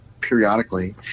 periodically